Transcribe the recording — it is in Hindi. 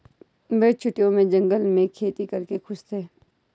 वे छुट्टियों में जंगल में खेती करके खुश थे